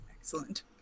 Excellent